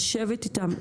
לשבת איתם,